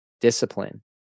discipline